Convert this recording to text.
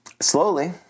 Slowly